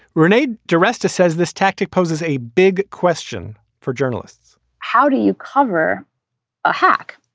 rene d'arista says this tactic poses a big question for journalists how do you cover a hack?